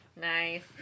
Nice